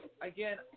again